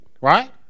right